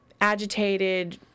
agitated